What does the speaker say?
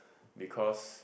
because